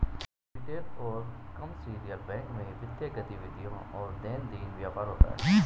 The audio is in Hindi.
रिटेल और कमर्शियल बैंक में वित्तीय गतिविधियों और दैनंदिन व्यापार होता है